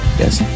yes